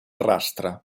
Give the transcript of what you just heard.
rastre